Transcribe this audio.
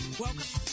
welcome